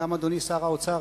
גם אדוני שר האוצר,